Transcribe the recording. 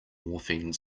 morphine